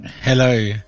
Hello